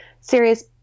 serious